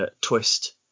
twist